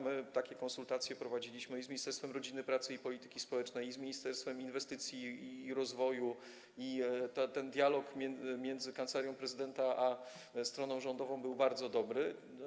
My takie konsultacje prowadziliśmy i z Ministerstwem Rodziny, Pracy i Polityki Społecznej, i z Ministerstwem Inwestycji i Rozwoju i ten dialog między Kancelarią Prezydenta RP a stroną rządową był bardzo dobry.